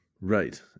Right